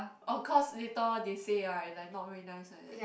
of course later on they say ah like not very nice like that